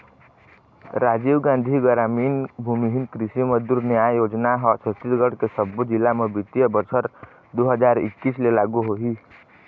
राजीव गांधी गरामीन भूमिहीन कृषि मजदूर न्याय योजना ह छत्तीसगढ़ के सब्बो जिला म बित्तीय बछर दू हजार एक्कीस ले लागू होही